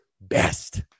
best